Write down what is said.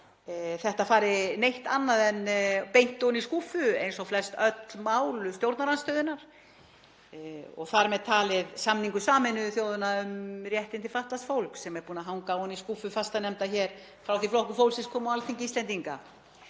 þetta fari neitt annað en beint ofan í skúffu eins og flest öll mál stjórnarandstöðunnar, þar með talið samningur Sameinuðu þjóðanna um réttindi fatlaðs fólks sem er búinn að hanga ofan í skúffu fastanefnda hér frá því að Flokkur fólksins kom á Alþingi Íslendinga.